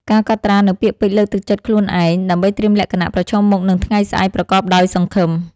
ការកត់ត្រានូវពាក្យពេចន៍លើកទឹកចិត្តខ្លួនឯង ដើម្បីត្រៀមលក្ខណៈប្រឈមមុខនឹងថ្ងៃស្អែកប្រកបដោយសង្ឃឹម។